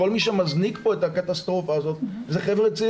כל מי שמזניק פה את הקטסטרופה הזאת הם הצעירים,